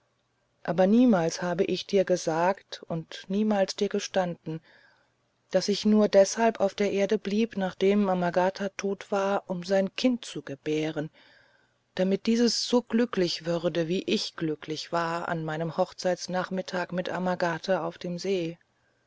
aber niemals habe ich dir gesagt und niemals dir gestanden daß ich nur deshalb auf der erde blieb nachdem amagata tot war um sein kind zu gebären damit dieses so glücklich würde wie ich glücklich war an meinem hochzeitsmittag mit amagata auf dem see